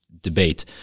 debate